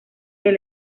del